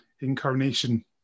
incarnation